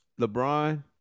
LeBron